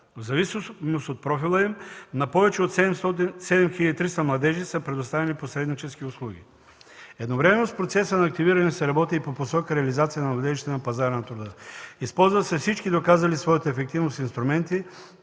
В зависимост от профила на повече от 7300 младежи са предоставени посреднически услуги. Едновременно с процеса на активиране се работи и по посока на реализация на младежите на пазара на труда. Използват се всички доказали своята ефективност инструменти,